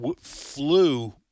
flew